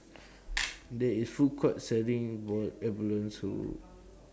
There IS A Food Court Selling boiled abalone